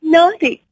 Naughty